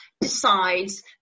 decides